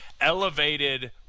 elevated